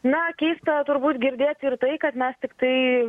na keista turbūt girdėti ir tai kad mes tiktai